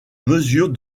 mesure